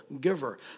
giver